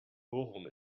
bochum